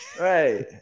right